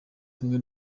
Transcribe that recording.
kumwe